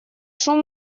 шум